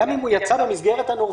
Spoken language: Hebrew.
אז גם אם הוא יצא במסגרת הנורבגי